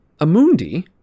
Amundi